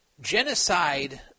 Genocide